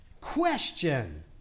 Question